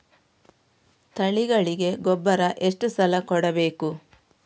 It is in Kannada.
ತಳಿಗಳಿಗೆ ಗೊಬ್ಬರ ಎಷ್ಟು ಸಲ ಕೊಡಬೇಕು?